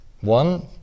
One